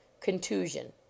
contusion